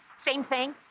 same thing,